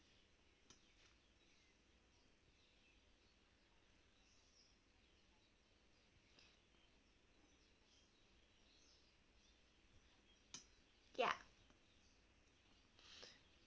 ya